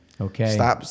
Okay